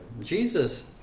Jesus